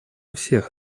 всех